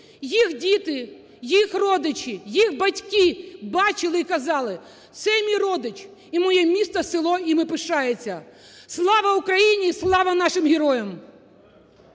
їх діти, їх родичі, їх батьки бачили і казали: "Це мій родич, і моє місто, село ними пишається". Слава Україні! І слава нашим героям!